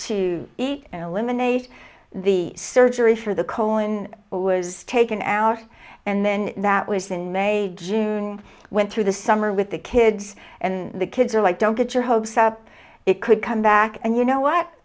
to eat eliminate the surgery for the colon but was taken out and then that was in may june went through the summer with the kids and the kids are like don't get your hopes up it could come back and you know what